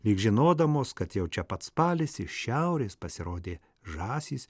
lyg žinodamos kad jau čia pat spalis iš šiaurės pasirodė žąsys